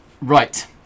Right